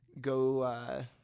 go